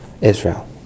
Israel